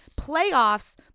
playoffs